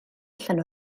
allan